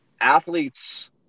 athletes